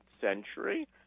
century